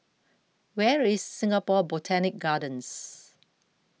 where is Singapore Botanic Gardens